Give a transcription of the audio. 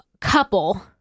couple